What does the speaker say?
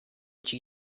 she